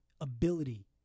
ability